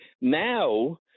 Now